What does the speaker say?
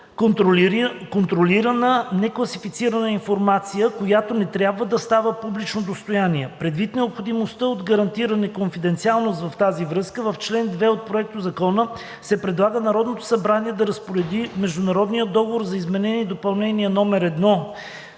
Unclassified Information-CUI), която не трябва да става публично достояние. Предвид необходимостта от гарантиране на конфиденциалност в тази връзка в чл. 2 от Проектозакона се предлага Народното събрание да разпореди международният договор за Изменение и допълнение № 1